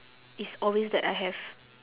it's always that I have